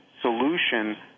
solution